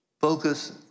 focus